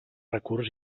recurs